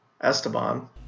Esteban